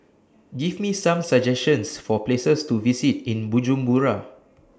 Give Me Some suggestions For Places to visit in Bujumbura